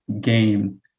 game